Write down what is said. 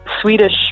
swedish